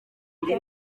njye